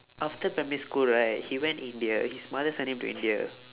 after primary school right he went india his mother send him to india